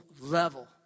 level